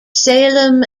salem